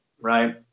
right